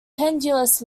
pendulous